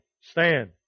stand